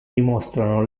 dimostrano